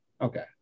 Okay